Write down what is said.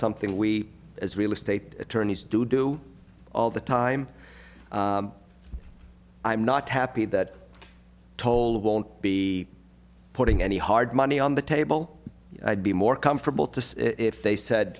something we as real estate attorneys do do all the time i'm not happy that told won't be putting any hard money on the table i'd be more comfortable to say if they said